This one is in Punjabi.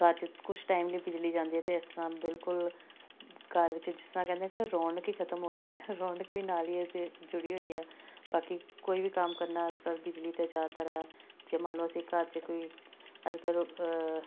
ਅੱਜ ਕੁਛ ਟਾਈਮ ਲਈ ਬਿਜਲੀ ਜਾਂਦੀ ਅਤੇ ਇਸ ਤਰ੍ਹਾਂ ਬਿਲਕੁਲ ਘਰ ਵਿੱਚ ਜਿਸ ਤਰ੍ਹਾਂ ਕਹਿੰਦੇ ਕਿ ਰੌਣਕ ਹੀ ਖਤਮ ਹੋ ਗਈ ਰੌਣਕ ਵੀ ਨਾਲ ਹੀ ਇਹਦੇ ਜੁੜੀ ਹੋਈ ਹੈ ਬਾਕੀ ਕੋਈ ਵੀ ਕੰਮ ਕਰਨਾ ਅੱਜ ਕੱਲ੍ਹ ਬਿਜਲੀ 'ਤੇ ਜ਼ਿਆਦਾਤਰ ਹੈ ਜੇ ਮੰਨ ਲਉ ਅਸੀਂ ਘਰ 'ਚ ਕੋਈ ਅੱਜ ਕੱਲ੍ਹ